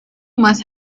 must